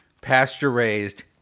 pasture-raised